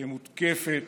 שמותקפת